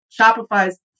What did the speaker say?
Shopify's